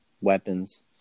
weapons